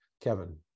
Kevin